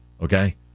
okay